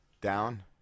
Down